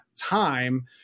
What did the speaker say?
time